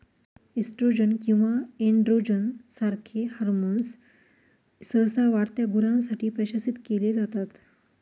oestrogen किंवा androgen सारखे hormones सहसा वाढत्या गुरांसाठी प्रशासित केले जातात